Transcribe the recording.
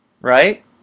right